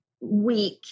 week